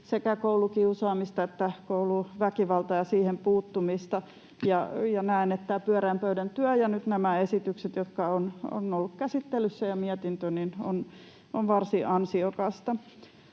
sekä koulukiusaamista että kouluväkivaltaa ja siihen puuttumista, ja näen, että tämä pyöreän pöydän työ ja nyt nämä esitykset ja mietintö, jotka ovat olleet käsittelyssä, ovat varsin ansiokkaita.